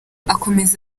akomeza